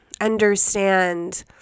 understand